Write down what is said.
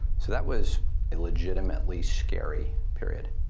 so that was a legitimately scary period.